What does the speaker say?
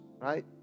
right